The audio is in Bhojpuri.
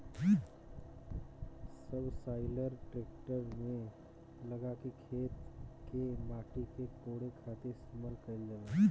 सबसॉइलर ट्रेक्टर में लगा के खेत के माटी के कोड़े खातिर इस्तेमाल कईल जाला